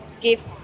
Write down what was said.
give